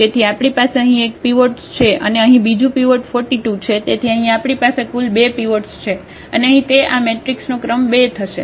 તેથી આપણી પાસે અહીં એક પીવોટ છે અને અહીં બીજું પીવોટ 42 છે તેથી અહીં આપણી પાસે કુલ 2 પીવોટ છે અને અહીં તે આ મેટ્રિક્સનો ક્રમ 2 થશે